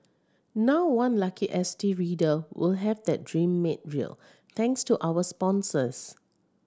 now one lucky S T reader will have that dream made real thanks to our sponsors